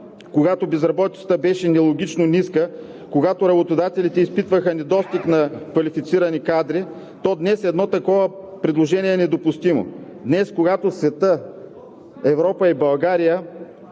когато безработицата беше нелогично ниска, когато работодателите изпитваха недостиг на квалифицирани кадри, то днес едно такова предложение е недопустимо. Когато днес светът, Европа и България